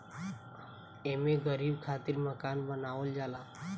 एमे गरीब खातिर मकान बनावल जाला